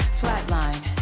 flatline